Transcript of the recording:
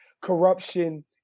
corruption